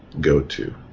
go-to